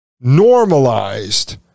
normalized